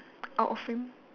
out of frame